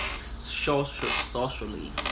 socially